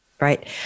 right